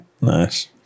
Nice